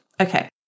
Okay